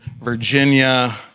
Virginia